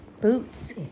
boots